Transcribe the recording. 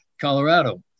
Colorado